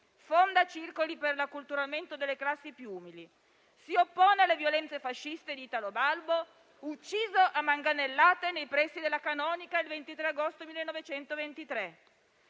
fonda circoli per l'acculturamento delle classi più umili, si oppone alle violenze fasciste di Italo Balbo, ucciso a manganellate nei pressi della canonica il 23 agosto 1923.